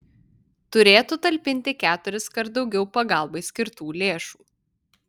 turėtų talpinti keturiskart daugiau pagalbai skirtų lėšų